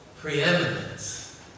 preeminence